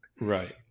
Right